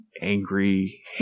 angry